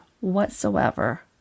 whatsoever